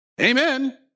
Amen